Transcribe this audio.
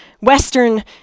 Western